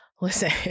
Listen